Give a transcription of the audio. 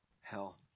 hell